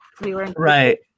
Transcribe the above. Right